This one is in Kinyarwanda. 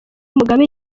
mugabe